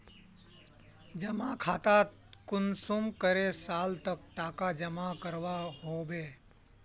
जमा खातात कुंसम करे साल तक टका जमा करवा होबे?